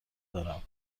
دارم